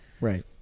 Right